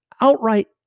outright